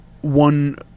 one